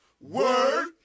Word